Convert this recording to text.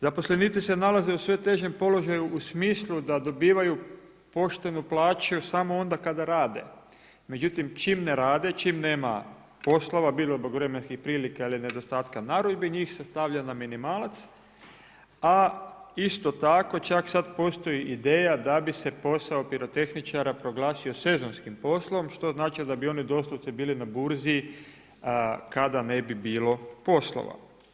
Zaposlenici se nalaze u sve težem položaju u smislu da dobivaju poštenu plaću samo onda kada rade, međutim čim ne rade, čim nema poslova bilo zbog vremenskih prilika ili nedostatka narudžbi njih se stavlja na minimalac a isto tako čak sada postoji ideja da bi se posao pirotehničara proglasio sezonskim poslom što znači da bi oni doslovce bili na burzi kada ne bi bilo poslova.